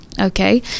okay